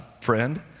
friend